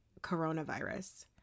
coronavirus